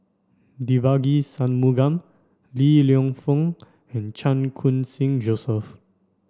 Devagi Sanmugam Li Lienfung and Chan Khun Sing Joseph